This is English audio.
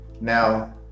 now